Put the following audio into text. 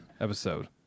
Episode